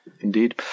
Indeed